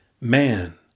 Man